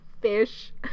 fish